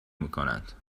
میکنند